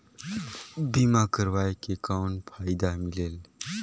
बीमा करवाय के कौन फाइदा मिलेल?